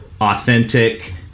authentic